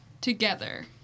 together